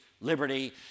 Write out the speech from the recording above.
liberty